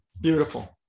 Beautiful